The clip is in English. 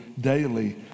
daily